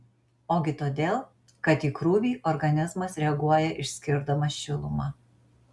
ogi todėl kad į krūvį organizmas reaguoja išskirdamas šilumą